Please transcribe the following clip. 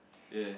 ya